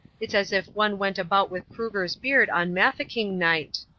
it's as if one went about with kruger's beard on mafeking night.